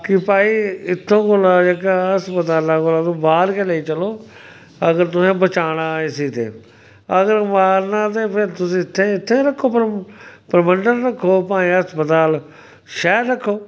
कि भाई इत्थूं कोला जेह्का अस्पताला कोला तुस बाह्र गै लेई चलो अगर तुसें बचाना इस्सी ते अगर मारना ते फिर तुस इत्थै इत्थै गै रक्खो परमंडल रक्खो भाएं अस्पताल शैह्र रक्खो